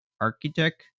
architect